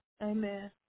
Amen